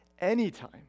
anytime